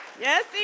Yes